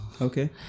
Okay